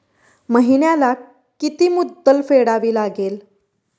महिन्याला किती मुद्दल फेडावी लागेल?